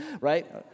Right